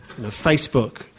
Facebook